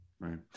Right